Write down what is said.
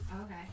Okay